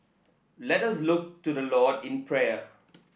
let us look to the Lord in prayer